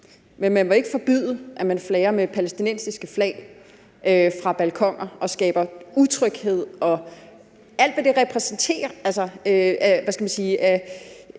men man vil ikke forbyde, at man flager med palæstinensiske flag fra balkoner og skaber utryghed og alt, hvad det repræsenterer